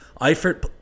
Eifert